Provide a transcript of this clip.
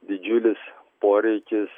didžiulis poreikis